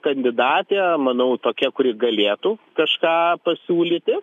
kandidatė manau tokia kuri galėtų kažką pasiūlyti